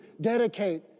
dedicate